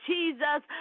Jesus